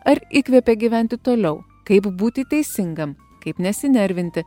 ar įkvepia gyventi toliau kaip būti teisingam kaip nesinervinti